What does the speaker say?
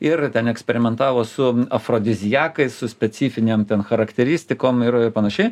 ir ten eksperimentavo su afrodiziakais su specifinėm ten charakteristikom ir panašiai